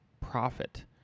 profit